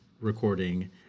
recording